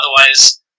otherwise